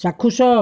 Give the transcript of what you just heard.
ଚାକ୍ଷୁଷ